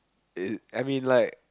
it I mean like